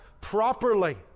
properly